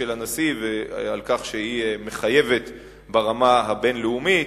הנשיא ועל כך שהיא מחייבת ברמה הבין-לאומית,